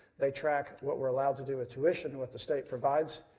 they track what we are allowed to do with tuition, what the state provides.